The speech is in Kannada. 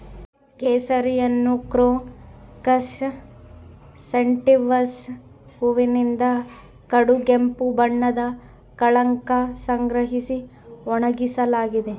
ಕೇಸರಿಯನ್ನುಕ್ರೋಕಸ್ ಸ್ಯಾಟಿವಸ್ನ ಹೂವಿನಿಂದ ಕಡುಗೆಂಪು ಬಣ್ಣದ ಕಳಂಕ ಸಂಗ್ರಹಿಸಿ ಒಣಗಿಸಲಾಗಿದೆ